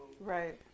Right